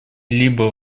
либо